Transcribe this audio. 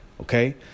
Okay